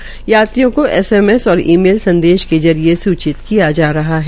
चयनित यात्रियों को एसएमएस और ईमेल संदेश के माध्यम से सूचित किया जा रहा है